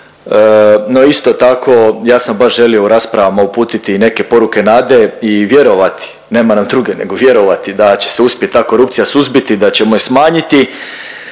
No isto tako ja sam baš želio u raspravama uputiti neke poruke nade i vjerovati, nema nam druge nego vjerovati da će se uspjet ta korupcija suzbiti, da ćemo je smanjiti,